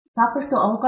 ಮೂರ್ತಿ ಅವಕಾಶದ ಬಹುಪಾಲು